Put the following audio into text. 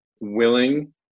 willing